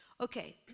Okay